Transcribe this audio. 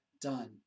done